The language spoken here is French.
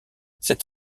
cet